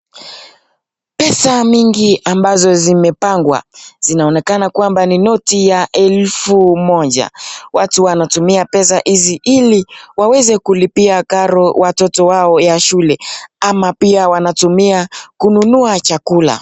Pesa mingi ambazo zimepangwa zinaonekana kama ni noti elfu moja, watu wanatumia pesa hizi ili waweze kulipia karo za watoto wao wa shule ama wanatumia ili waweze kununua chakula.